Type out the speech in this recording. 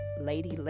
Lady